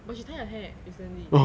but she tie her hair recently